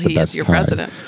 but that's yeah president